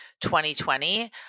2020